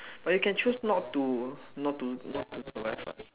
but you can choose not to not to not to survive what